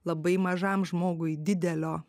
labai mažam žmogui didelio